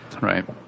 Right